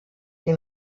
den